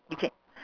you can